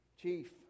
chief